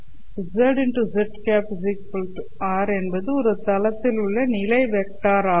z z r என்பது ஒரு தளத்திலுள்ள நிலை வெக்டர் ஆகும்